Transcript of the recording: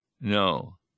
No